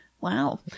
Wow